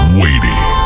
waiting